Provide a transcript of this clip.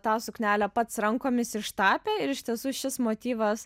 tą suknelę pats rankomis ištapė ir iš tiesų šis motyvas